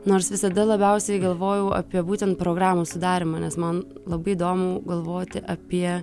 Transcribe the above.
nors visada labiausiai galvojau apie būtent programų sudarymą nes man labai įdomu galvoti apie